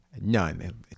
None